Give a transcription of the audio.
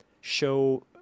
show